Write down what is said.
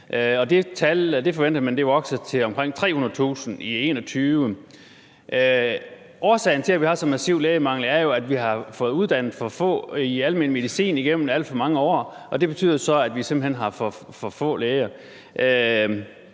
tal forventer man vil vokse til omkring 300.000 i 2021. Årsagen til, at vi har sådan en massiv lægemangel, er jo, at vi har fået uddannet for få i almen medicin igennem alt for mange år, og det betyder så, at vi simpelt hen har for få læger.